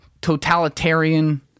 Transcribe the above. totalitarian